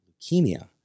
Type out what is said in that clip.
leukemia